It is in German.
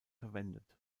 verwendet